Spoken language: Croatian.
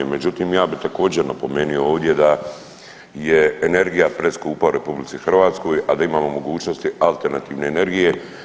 Međutim, ja bi također napomenuo ovdje da je energija preskupa u RH, a da imamo mogućnosti alternativne energije.